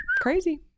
Crazy